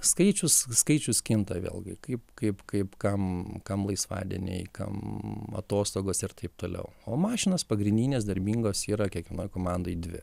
skaičius skaičius kinta vėlgi kaip kaip kaip kam kam laisvadieniai kam atostogos ir taip toliau o mašinos pagrindinės darbingos yra kiekvienai komandai dvi